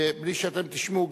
ובלי שאתם תשמעו,